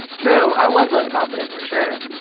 true. i was less confident, for sure.